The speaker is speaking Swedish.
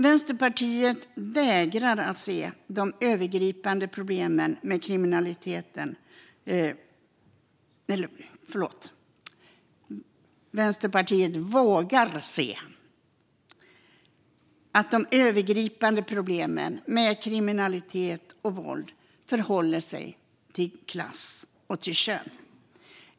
Vänsterpartiet vågar se att de övergripande problemen med kriminalitet och våld förhåller sig till klass och kön.